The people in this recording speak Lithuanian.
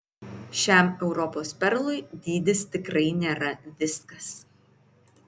šiam europos perlui dydis tikrai nėra viskas